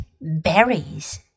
berries